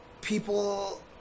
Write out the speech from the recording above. people